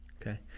Okay